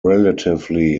relatively